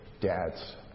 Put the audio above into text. dads